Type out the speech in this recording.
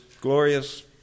glorious